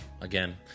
Again